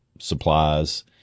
supplies